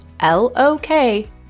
L-O-K